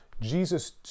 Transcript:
Jesus